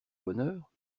bonheur